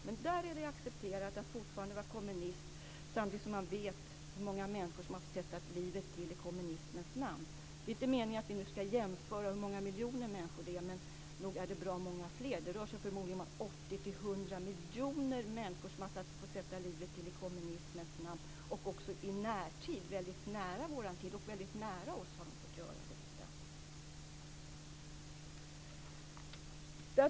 Men det är accepterat att fortfarande vara kommunist samtidigt som man vet hur många människor som har fått sätta livet till i kommunismens namn. Det är inte meningen att vi nu ska jämföra hur många miljoner människor det är, men nog är det bra många fler. Det rör sig förmodligen om 80-100 miljoner människor som har fått sätta livet till i kommunismens namn. Det har de också fått göra i närtid och väldigt nära oss.